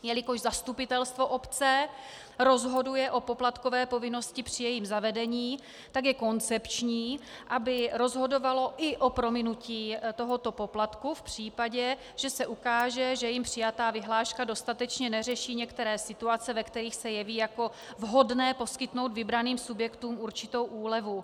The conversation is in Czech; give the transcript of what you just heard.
Jelikož zastupitelstvo obce rozhoduje o poplatkové povinnosti při jejím zavedení, tak je koncepční, aby rozhodovalo i o prominutí tohoto poplatku v případě, že se ukáže, že jím přijatá vyhláška dostatečně neřeší některé situace, ve kterých se jeví jako vhodné poskytnout vybraným subjektům určitou úlevu.